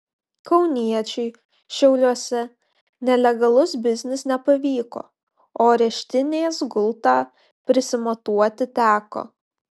kauniečiui šiauliuose nelegalus biznis nepavyko o areštinės gultą prisimatuoti teko